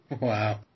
Wow